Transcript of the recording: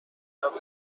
دائما